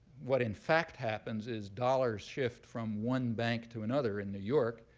what in fact happens is dollars shift from one bank to another in new york,